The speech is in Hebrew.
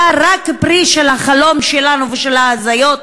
רק פרי של החלום שלנו ושל ההזיות שלנו,